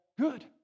good